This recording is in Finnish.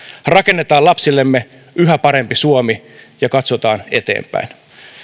rakennetaan lapsillemme yhä parempi suomi ja katsotaan eteenpäin